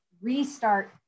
Restart